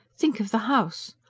think of the house.